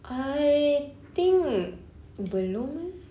I think belum eh